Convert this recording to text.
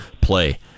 play